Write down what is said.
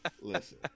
Listen